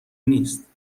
نیست